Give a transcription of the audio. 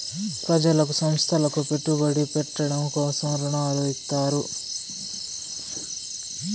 ప్రజలకు సంస్థలకు పెట్టుబడి పెట్టడం కోసం రుణాలు ఇత్తారు